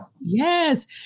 Yes